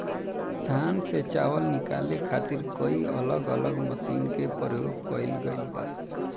धान से चावल निकाले खातिर कई अलग अलग मशीन के प्रयोग कईल गईल बा